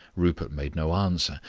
rupert made no answer,